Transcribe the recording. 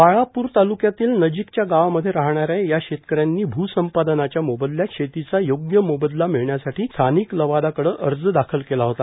बाळापूर तालुक्यातील नजिकच्या गावामध्ये राहणाऱ्या या शेतकऱ्यां नी भूसंपादनाच्या मोबदल्यात शेतीचा योग्य मोबदला मिळण्यासाठी स्थानिक लवादाकडे अर्ज दाखल केला होता